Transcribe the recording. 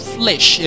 flesh